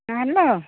hello